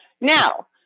now